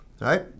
Right